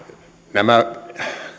nämä